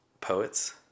poets